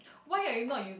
why are you not using